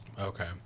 okay